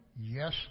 Yes